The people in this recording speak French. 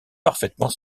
parfaitement